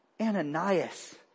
Ananias